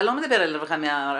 אתה לא מדבר על רווחה מרחוק,